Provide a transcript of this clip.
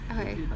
Okay